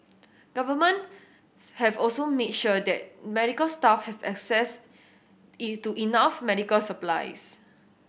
governments have also made sure that medical staff have access to enough medical supplies